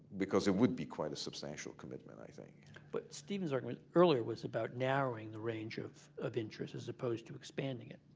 because it would be quite a substantial commitment, i think. lindsay but steven's argument earlier was about narrowing the range of of interests, as opposed to expanding it.